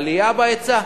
עלייה בהיצע,